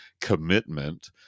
commitment